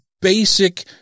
basic